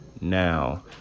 now